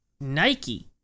Nike